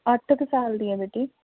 ਅੱਠ ਕੁ ਸਾਲ ਦੀ ਹੈ ਬੇਟੀ